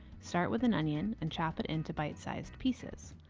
start with an onion and chop it into bite-sized pieces.